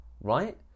right